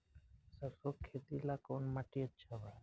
सरसों के खेती ला कवन माटी अच्छा बा?